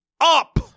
up